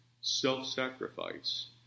self-sacrifice